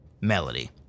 melody